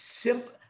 simple